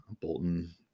Bolton